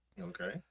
Okay